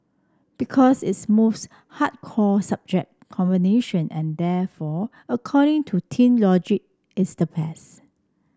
because it's most hardcore subject combination and therefore according to teen logic it's the best